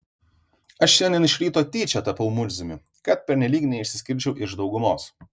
aš šiandien iš ryto tyčia tapau murziumi kad pernelyg neišsiskirčiau iš daugumos